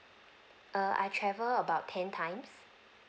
err I travel about ten times